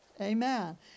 Amen